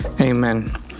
amen